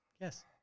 yes